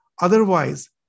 Otherwise